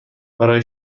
برای